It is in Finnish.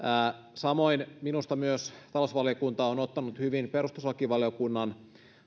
samoin minusta talousvaliokunta on myös ottanut hyvin huomioon perustuslakivaliokunnan